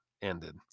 Ended